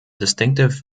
distinctive